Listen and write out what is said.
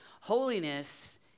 Holiness